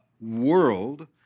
world